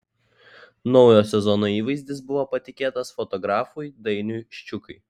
naujo sezono įvaizdis buvo patikėtas fotografui dainiui ščiukai